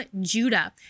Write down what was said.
Judah